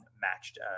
matched